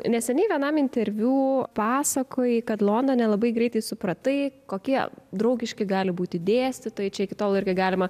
neseniai vienam interviu pasakojai kad londone labai greitai supratai kokie draugiški gali būti dėstytojai čia iki tol irgi galima